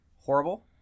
horrible